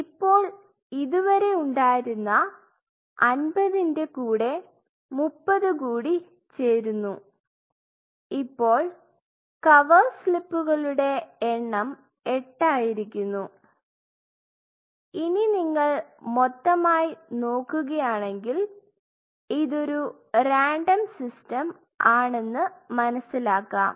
ഇപ്പോൾ ഇതുവരെ ഉണ്ടായിരുന്ന 50ൻറെ കൂടെ 30 കൂടി ചേരുന്നു ഇപ്പോൾ കവർ സ്ലിപ്പുക്കളുടെ എണ്ണം 8 ആയിരിക്കുന്നു ഇനി നിങ്ങൾ മൊത്തമായി നോക്കുകയാണെങ്കിൽ ഇതൊരു റാൻഡം സിസ്റ്റം ആണെന്ന് മനസ്സിലാക്കാം